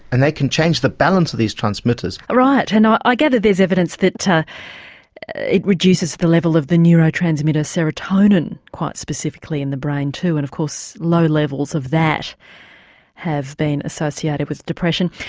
and they can change the balance of these transmitters. right, and i gather there's evidence that it reduces the level of the neuro-transmitter serotonin quite specifically in the brain too and of course low levels of that have been associated with depression.